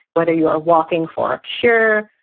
whether you are walking for a cure,